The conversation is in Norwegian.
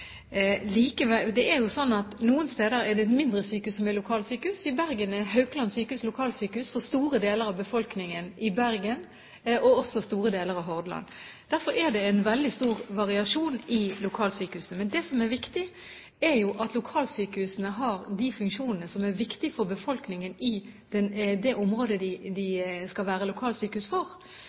Det er jo sånn at noen steder er det mindre sykehus som er lokalsykehus. I Bergen er Haukeland sjukehus lokalsykehus for store deler av befolkningen i Bergen og også for store deler av Hordaland. Derfor er det en veldig stor variasjon i lokalsykehusene. Men det som er viktig, er jo at lokalsykehusene har de funksjonene som er viktig for befolkningen i det området de skal være lokalsykehus for.